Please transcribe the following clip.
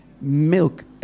Milk